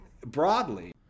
broadly